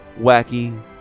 wacky